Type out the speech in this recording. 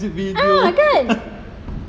ah kan